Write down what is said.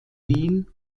wien